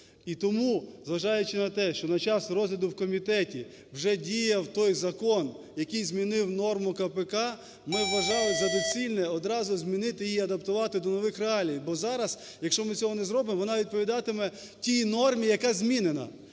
І тому, зважаючи на те, що на час розгляду в комітеті вже діяв той закон, який змінив норму КПК, ми вважали за доцільне одразу змінити і адаптувати до нових реалій, бо зараз, якщо ми цього не зробимо, вона відповідатиме тій нормі, яка змінена.